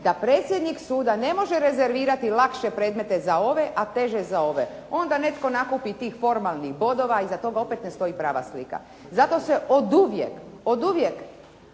da predsjednik suda ne može rezervirati lakše predmete za ove a teže za ove. Onda netko nakupi tih formalnih bodova, iz toga opet ne stoji prava slika. Zato se oduvijek, oduvijek,